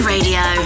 Radio